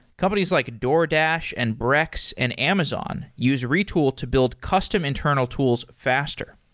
companies like doordash and brex and amazon use retool to build custom internal tools faster.